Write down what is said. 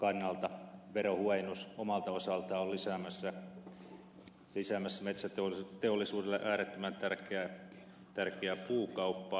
metsätalouden kannalta verohuojennus omalta osaltaan on lisäämässä metsäteollisuudelle äärettömän tärkeää puukauppaa